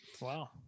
Wow